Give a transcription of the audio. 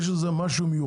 יש פה איזה משהו מיוחד?